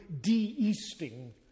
de-easting